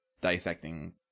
dissecting